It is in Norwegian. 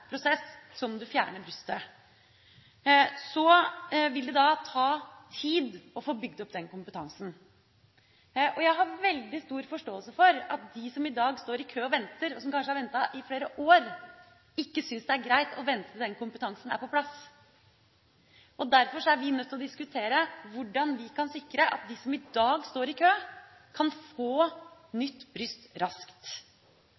prosess som du fjerner brystet, så vil det ta tid å få bygd opp kompetansen. Jeg har veldig stor forståelse for at de som i dag står i kø og venter, og som kanskje har ventet i flere år, ikke synes det er greit å vente til den kompetansen er på plass. Derfor er vi nødt til å diskutere hvordan vi kan sikre at de som i dag står i kø, kan få